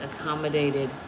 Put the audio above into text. accommodated